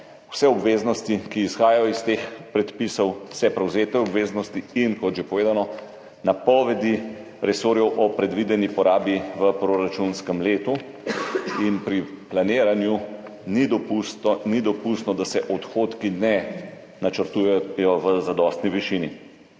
vse obveznosti, ki izhajajo iz teh predpisov, vse prevzete obveznosti in, kot že povedano, napovedi resorjev o predvideni porabi v proračunskem letu in pri planiranju ni dopustno, da se odhodki ne načrtujejo v zadostni višini.